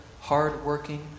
hard-working